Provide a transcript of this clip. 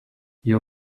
your